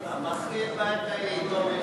והמשכיל בעת ההיא יידום,